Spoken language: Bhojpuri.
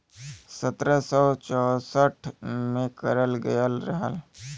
सत्रह सौ चौंसठ में करल गयल रहल